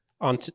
On